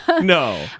No